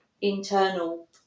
internal